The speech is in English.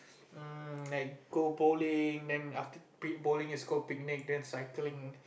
um like go bowling then after pin bowling then is go cycling